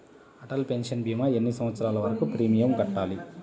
Atal pension భీమా ఎన్ని సంవత్సరాలు వరకు ప్రీమియం కట్టాలి?